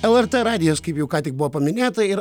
lrt radijas kaip jau ką tik buvo paminėta ir